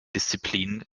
disziplinen